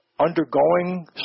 Undergoing